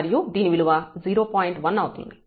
1 అవుతుంది